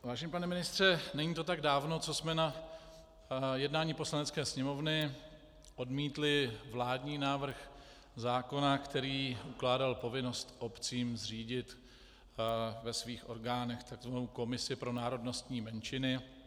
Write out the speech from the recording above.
Vážený pane ministře, není to tak dávno, co jsme na jednání Poslanecké sněmovny odmítli vládní návrh zákona, který ukládal povinnost obcím zřídit ve svých orgánech takzvanou komisi pro národnostní menšiny.